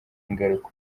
ingaruka